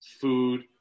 food